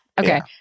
Okay